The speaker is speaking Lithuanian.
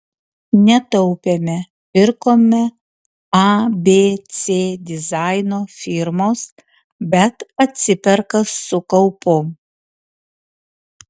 netaupėme pirkome abc dizaino firmos bet atsiperka su kaupu